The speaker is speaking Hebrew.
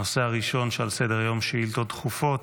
הנושא הראשון שעל סדר-היום, שאילתות דחופות.